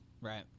Right